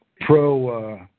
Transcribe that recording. pro –